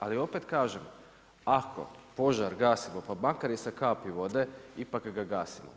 Ali opet kažem, ako požar gasimo pa makar i sa kapi vode ipak ga gasimo.